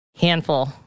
handful